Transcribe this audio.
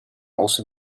also